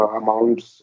amounts